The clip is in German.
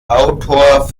autor